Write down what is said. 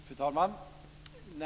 Fru talman!